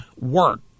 work